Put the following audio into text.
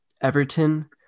Everton